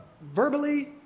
verbally